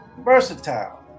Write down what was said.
Versatile